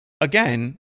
again